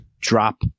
Drop